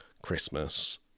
Christmas